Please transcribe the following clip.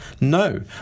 no